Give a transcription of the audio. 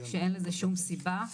שאין לזה שום סיבה.